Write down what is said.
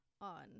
on